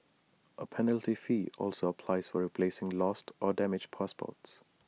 A penalty fee also applies for replacing lost or damaged passports